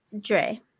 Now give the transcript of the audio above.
Dre